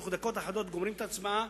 בתוך דקות אחדות גומרים את ההצבעה,